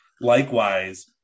Likewise